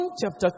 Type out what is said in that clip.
chapter